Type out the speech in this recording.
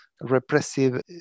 repressive